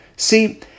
See